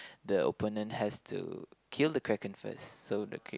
the opponent has to kill the Kraken first so the